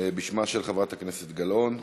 בשמה של חברת הכנסת גלאון.